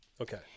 Okay